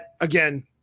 again